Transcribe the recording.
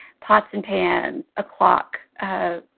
pots and pans, a clock, ah